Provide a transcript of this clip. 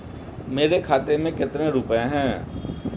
मेरे खाते में कितने रुपये हैं?